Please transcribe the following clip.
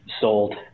sold